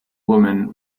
woman